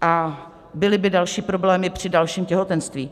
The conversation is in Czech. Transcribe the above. a byly by další problémy při dalším těhotenství.